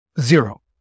zero